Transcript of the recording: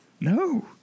no